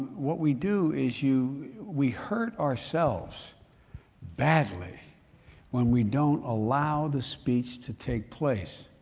what we do is you, we hurt ourselves badly when we don't allow the speech to take place.